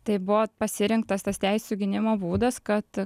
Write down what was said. tai buvo pasirinktas tas teisių gynimo būdas kad